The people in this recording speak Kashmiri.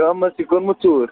شامس چھِ گٔمٕژ ژوٗر